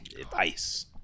advice